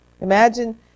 Imagine